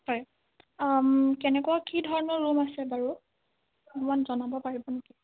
হয় কেনেকুৱা কি ধৰণৰ ৰুম আছে বাৰু অকণমান জনাব পাৰিব নেকি